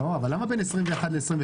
אבל למה בין 2021 ל-2022?